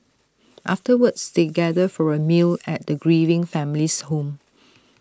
afterwards they gather for A meal at the grieving family's home